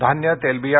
धान्य तेलबिया